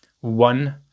one